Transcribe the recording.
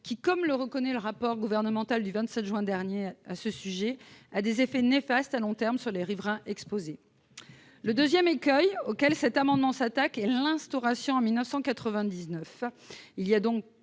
qui, comme le reconnaît le rapport gouvernemental du 27 juin dernier, ont des effets néfastes à long terme sur les riverains exposés. Le deuxième écueil auquel cet amendement s'attaque est l'instauration en 1999,